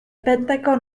pentagon